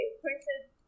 printed